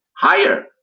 Higher